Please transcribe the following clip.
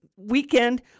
Weekend